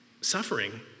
Suffering